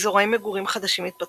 אזורי מגורים חדשים התפתחו,